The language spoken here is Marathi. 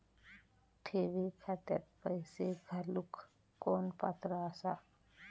ठेवी खात्यात पैसे घालूक कोण पात्र आसा?